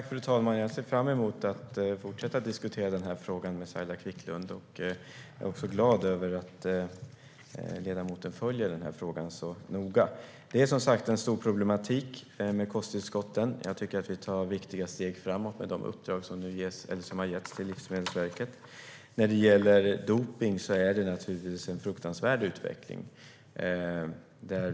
Fru talman! Jag ser fram emot att fortsätta diskutera den här frågan med Saila Quicklund. Jag är också glad över att ledamoten följer frågan noga. Det är, som sagt, en stor problematik med kosttillskotten. Jag tycker att vi tar viktiga steg framåt med de uppdrag som har getts till Livsmedelsverket. När det gäller dopning är det naturligtvis en fruktansvärd utveckling.